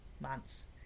months